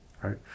right